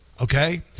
okay